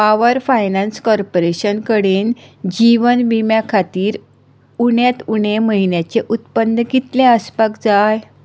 power finance corporation कडेन जिवन विम्या खातीर उण्यांत उणें म्हयन्याचें उत्पन्न कितलें आसपाक जाय